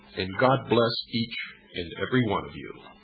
and god bless each and every one of you.